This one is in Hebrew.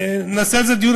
נעשה על זה דיון,